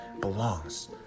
belongs